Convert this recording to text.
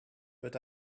but